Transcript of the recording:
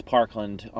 Parkland